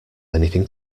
anything